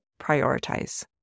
prioritize